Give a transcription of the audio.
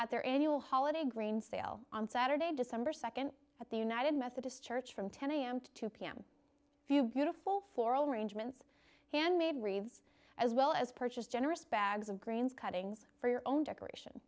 at their annual holiday green sale on saturday december second at the united methodist church from ten am to two pm a few beautiful floral arrangements handmade reaves as well as purchased generous bags of greens cuttings for your own decoration